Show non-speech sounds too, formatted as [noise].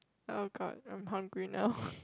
oh God I'm hungry now [laughs]